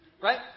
Right